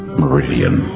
meridian